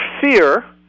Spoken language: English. fear